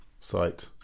site